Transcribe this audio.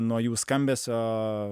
nuo jų skambesio